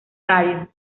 radio